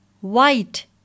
white